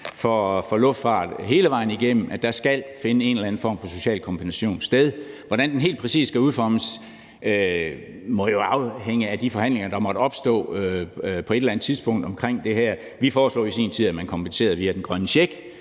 for luftfart hele vejen igennem, nemlig at der skal finde en eller anden form for social kompensation sted. Hvordan den helt præcis skal udformes, må afhænge af de forhandlinger, der måtte opstå på et eller andet tidspunkt omkring det her. Vi foreslog i sin tid, at man kompenserede via den grønne check,